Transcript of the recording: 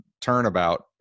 turnabout